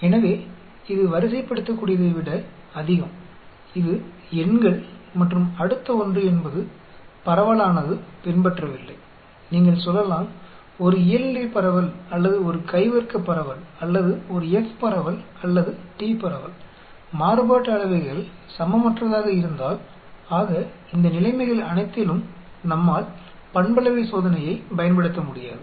எனவே இது வரிசைப்படுத்தக்கூடியதை விட அதிகம் இது எண்கள் மற்றும் அடுத்த ஒன்று என்பது பரவலானது பின்பற்றவில்லை நீங்கள் சொல்லலாம் ஒரு இயல்நிலை பரவல் அல்லது ஒரு கை வர்க்கப் பரவல் அல்லது ஒரு F பரவல் அல்லது T பரவல் மாறுபாட்டு அளவைகள் சமமற்றதாக இருந்தால் ஆக இந்த நிலைமைகள் அனைத்திலும் நம்மால் பண்பளவை சோதனையைப் பயன்படுத்த முடியாது